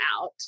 out